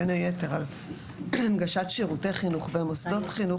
בן היתר על הנגשת שירותי חינוך ומוסדות חינוך